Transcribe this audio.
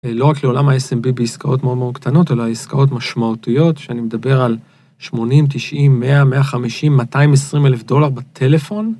לא רק לעולם ה-SMB בעסקאות מאוד מאוד קטנות, אלא עסקאות משמעותיות, שאני מדבר על 80, 90, 100, 150, 220 אלף דולר בטלפון?